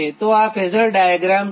તો આ phasor diagram છે